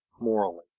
morally